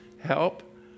help